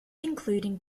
including